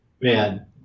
Man